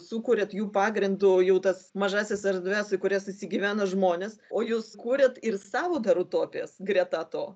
sukuriat jų pagrindu jau tas mažąsias erdves į kurias įsigyvena žmonės o jūs kuriat ir savo dar utopijas greta to